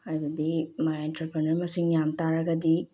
ꯍꯥꯏꯕꯗꯤ ꯑꯦꯟꯇꯔꯄ꯭ꯔꯦꯅꯔ ꯃꯁꯤꯡ ꯌꯥꯝꯕ ꯇꯥꯔꯒꯗꯤ